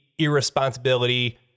Irresponsibility